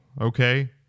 okay